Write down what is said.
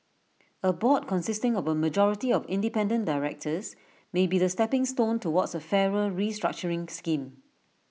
A board consisting of A majority of independent directors may be the stepping stone towards A fairer restructuring scheme